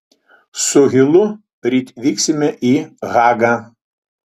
su hilu ryt vyksime į hagą